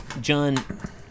John